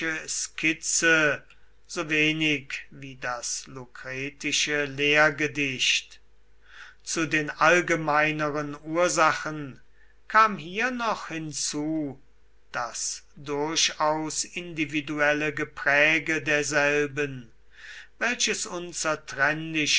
skizze so wenig wie das lucretische lehrgedicht zu den allgemeineren ursachen kam hier noch hinzu das durchaus individuelle gepräge derselben welches unzertrennlich